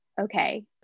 okay